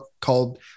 called